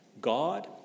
God